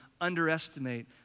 underestimate